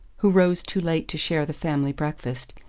who rose too late to share the family breakfast,